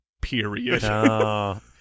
Period